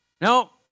No